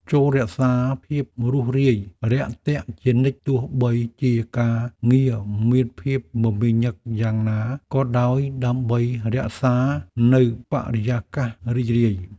ចូររក្សាភាពរួសរាយរាក់ទាក់ជានិច្ចទោះបីជាការងារមានភាពមមាញឹកយ៉ាងណាក៏ដោយដើម្បីរក្សានូវបរិយាកាសរីករាយ។